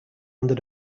under